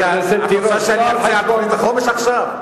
את רוצה שאני ארצה על תוכנית החומש עכשיו?